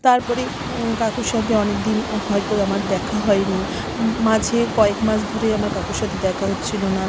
তারপরে কাকুর সঙ্গে অনেকদিন হয়তো আমার দেখা হয়নি মাঝে কয়েকমাস ধরে আমার কাকুর সাথে দেখা হচ্ছিল না